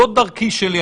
זאת דרכי שלי.